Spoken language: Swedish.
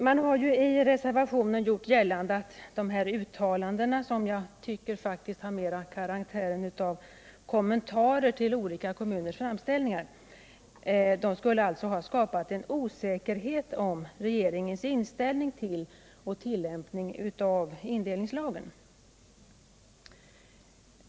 Man har i reservationen gjort gällande att dessa uttalanden, som jag tycker mer har karaktären av kommentarer till olika kommuners framställningar, skulle ha skapat osäkerhet om regeringens inställning till och tillämpning av indelningslagen.